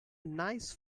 nice